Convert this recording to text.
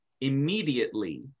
immediately